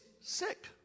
sick